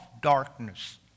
darkness